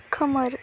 खोमोर